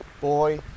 boy